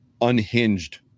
unhinged